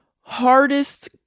hardest